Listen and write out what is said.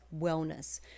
wellness